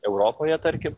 europoje tarkim